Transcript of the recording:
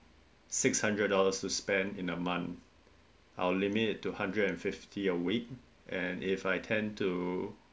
six hundred dollars to spend in a month I'll limit to hundred and fifty a week and if I tend to